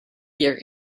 year